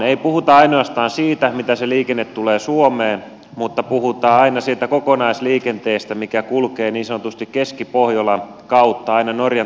ei puhuta ainoastaan siitä miten se liikenne tulee suomeen mutta puhutaan aina siitä kokonaisliikenteestä mikä kulkee niin sanotusti keskipohjolan kautta aina norjan trondheimiin asti